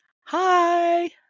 Hi